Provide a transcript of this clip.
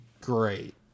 great